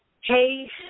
Hey